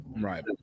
right